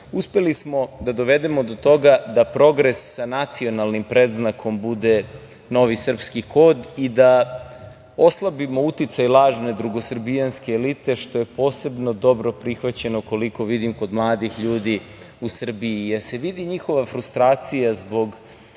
smo da dovedemo do toga da progres sa nacionalnim predznakom bude novi srpski kod i da oslabimo uticaj lažne drugosrbijanske elite što je posebno dobro prihvaćeno koliko vidim kod mladih ljudi u Srbiji, jer se vidi njihova frustracija zbog